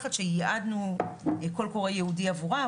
מוצלחת שייעדנו קול קורא ייעודי עבורה,